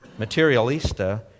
Materialista